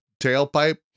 tailpipe